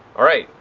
alright!